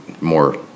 more